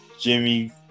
Jimmy